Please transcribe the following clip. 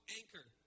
anchor